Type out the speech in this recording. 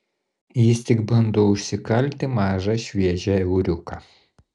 jis tik bando užsikalti mažą šviežią euriuką